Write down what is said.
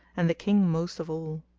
and the king most of all.